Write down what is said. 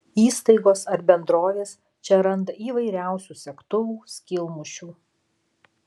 įstaigos ar bendrovės čia randa įvairiausių segtuvų skylmušių